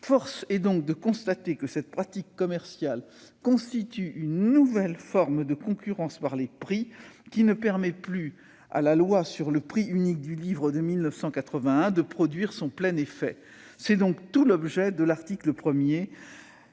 Force est donc de constater que cette pratique commerciale constitue une nouvelle forme de concurrence par les prix qui ne permet plus à la loi sur le prix unique du livre de 1981 de produire son plein effet. Tout l'objet de l'article 1